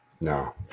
No